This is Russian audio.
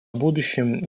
будущем